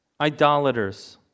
Idolaters